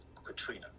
Katrina